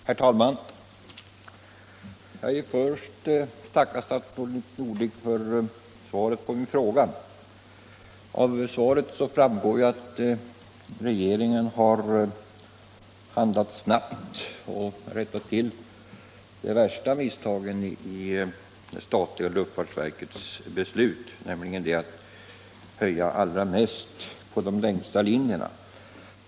Herr talman! Jag vill först tacka statsrådet Norling för svaret på min fråga. Av svaret framgår att regeringen har handlat snabbt och rättat till det värsta misstaget i luftfartsverkets beslut, nämligen att höja priserna allra mest på de längsta linjerna.